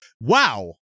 wow